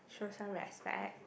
show some respect